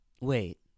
Wait